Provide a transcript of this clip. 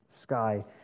Sky